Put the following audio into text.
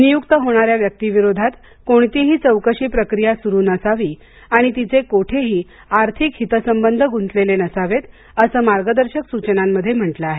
नियुक्त होणाऱ्या व्यक्तीविरोधात कोणतीही चौकशी प्रक्रिया सुरू नसावी आणि तिचे कोठेही आर्थिक हितसंबंध गुंतलेले नसावे असं मार्गदर्शक सूचनांमध्ये म्हटलं आहे